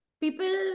people